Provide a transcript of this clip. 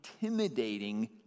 intimidating